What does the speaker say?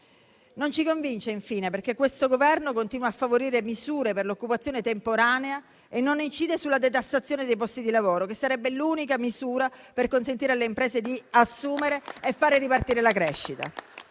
Non ci convince, infine, perché questo Governo continua a favorire misure per l'occupazione temporanea e non incide sulla detassazione dei posti di lavoro, che sarebbe l'unica misura per consentire alle imprese di assumere e far ripartire la crescita.